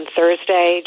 Thursday